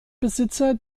besitzer